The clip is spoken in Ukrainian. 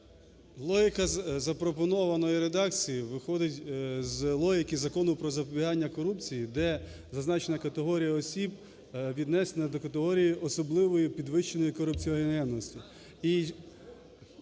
Логіка запропонованої редакції виходить з логіки Закону "Про запобігання корупції", де зазначена категорія осіб віднесена до категорії особливої підвищеної корупціогенності.